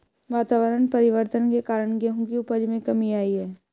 वातावरण परिवर्तन के कारण गेहूं की उपज में कमी आई है